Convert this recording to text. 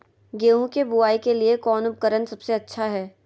गेहूं के बुआई के लिए कौन उपकरण सबसे अच्छा है?